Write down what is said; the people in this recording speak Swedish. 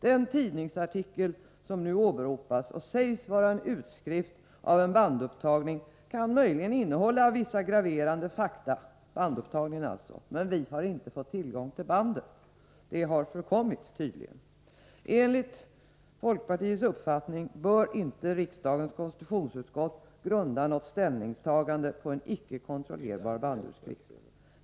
Den tidningsartikel som nu åberopas sägs vara en utskrift av en bandupptagning. Denna bandupptagning kan möjligen innehålla vissa graverande fakta, men vi har inte kunnat få tillgång till bandet. Det har tydligen förkommit. Enligt folkpartiets uppfattning bör riksdagens konstitutionsutskott inte grunda något ställningstagande på en icke kontrollerbar bandutskrift.